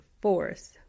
force